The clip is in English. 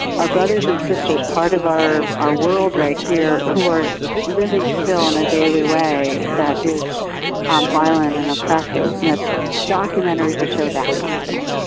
our brothers and sisters part of our our world right here who are living still in a daily way that is um violent and oppressive. yeah documentaries that show that kind of thing.